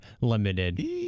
limited